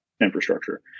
infrastructure